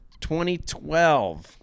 2012